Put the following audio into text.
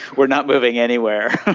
we're not moving anywhere.